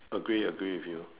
agree agree with you